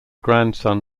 grandson